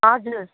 हजुर